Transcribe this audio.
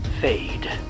fade